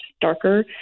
darker